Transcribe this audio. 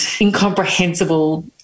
incomprehensible